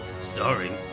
starring